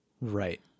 right